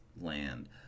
land